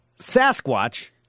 Sasquatch